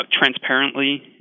transparently